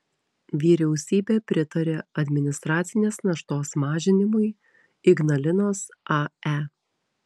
vyriausybė pritarė administracinės naštos mažinimui ignalinos ae